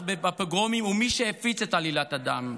בפוגרומים הוא מי שהפיץ את עלילת הדם.